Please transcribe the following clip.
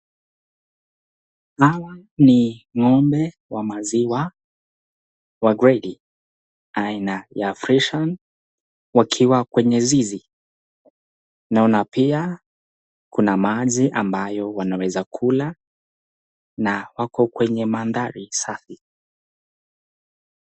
Hawa ni ng'ombe wa maziwa wa gredi aina ya Fresian wakiwa kwenye zizi. Naona pia kuna maji ambayo wanaweza kunywa na wako kwenye mandhari safi.